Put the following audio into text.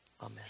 Amen